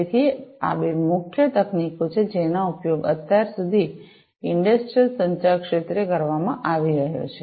તેથી આ બે મુખ્ય તકનીકો છે જેનો ઉપયોગ અત્યાર સુધી ઇંડસ્ટ્રિયલ સંચાર ક્ષેત્રે કરવામાં આવી રહ્યો છે